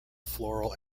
floral